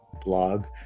blog